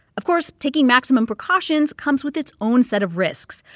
of course, taking maximum precautions comes with its own set of risks.